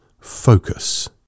focus